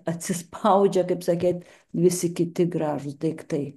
atsispaudžia kaip sakyt visi kiti gražūs daiktai